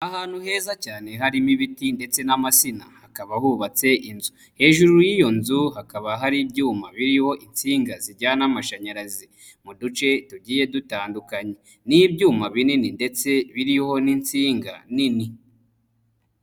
Ahantu heza cyane harimo ibiti ndetse n'amasina hakaba hubatse inzu, hejuru y'iyo nzu hakaba hari ibyuma biriho insinga zijyana n'amashanyarazi mu duce tugiye dutandukanye, ni ibyuma binini ndetse biriho n'insinga nini.